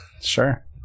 Sure